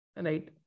right